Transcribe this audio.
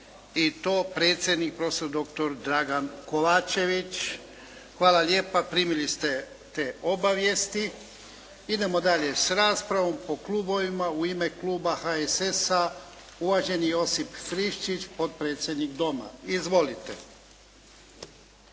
i to predsjednik profesor doktor Dragan Kovačević. Hvala lijepa, primili ste te obavijesti. Idemo dalje s raspravom po klubovima. U ime kluba HSS-a, uvaženi Josip Friščić, potpredsjednik Doma. Izvolite.